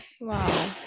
Wow